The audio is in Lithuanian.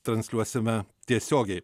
transliuosime tiesiogiai